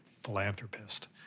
philanthropist